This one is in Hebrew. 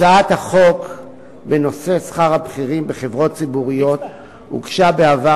הצעת החוק בנושא שכר הבכירים בחברות ציבוריות הוגשה בעבר